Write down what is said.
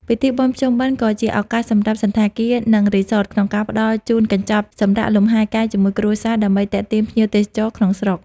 ពិធីបុណ្យភ្ជុំបិណ្ឌក៏ជាឱកាសសម្រាប់សណ្ឋាគារ និងរីសតក្នុងការផ្តល់ជូនកញ្ចប់ "សម្រាកលំហែកាយជាមួយគ្រួសារ" ដើម្បីទាក់ទាញភ្ញៀវទេសចរក្នុងស្រុក។